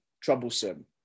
troublesome